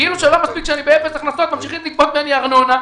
כאילו שלא מספיק שאני באפס הכנסות ממשיכים לגבות ממני ארנונה,